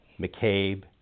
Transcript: McCabe